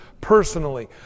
personally